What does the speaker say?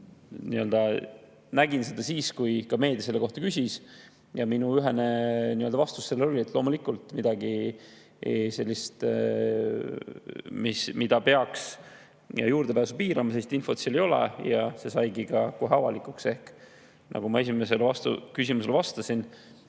Nägin seda siis, kui meedia selle kohta küsis, ja minu ühene vastus oli, et loomulikult, midagi sellist, millele juurdepääsu peaks piirama, sellist infot seal ei ole. See [kiri] saigi kohe avalikuks. Ehk nagu ma esimesele küsimusele vastasin,